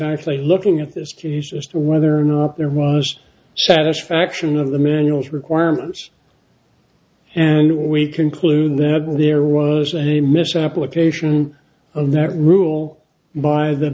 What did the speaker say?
actually looking at this to just whether or not there was satisfaction of the manuals requirements and we concluded that there was a misapplication of that rule by the